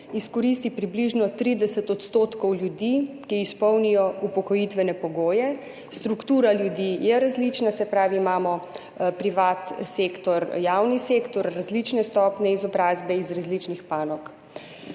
izkoristi približno 30 % ljudi, ki izpolnijo upokojitvene pogoje. Struktura ljudi je različna, se pravi imamo privatni sektor, javni sektor, različne stopnje izobrazbe iz različnih panog.